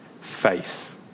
faith